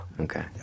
Okay